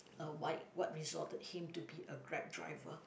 uh why what resorted him to be a Grab driver